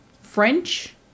French